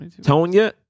Tonya